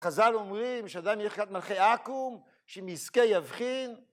‫חז'ל אומרים שאדם ילך לקראת מלכי עכו"ם, ‫שאם יזכה יבחין.